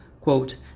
quote